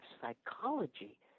psychology